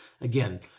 again